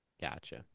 Gotcha